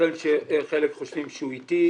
יתכן שחלק חושבים שהוא איטי.